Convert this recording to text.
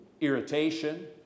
irritation